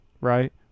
right